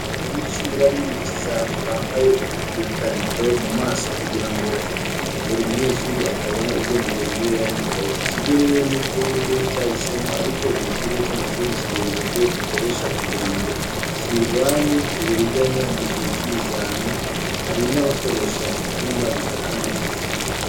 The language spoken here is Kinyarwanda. Abanyeshuri bari mu kizami bambaye udukarito mu maso kugira ngo buri munyeshuri atabona ibyo mugenzi we yandika. Iki kigo rero nibwo buryo cyahisemo, ariko buri kigo cy’amashuri kigira uburyo gikoresha kugira ngo kirwanye uburiganya mu gihe cy’ibizami hari n’abakoresha ibyuma bifata amashusho.